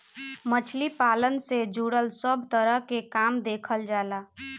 मछली पालन से जुड़ल सब तरह के काम देखल जाला